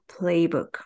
Playbook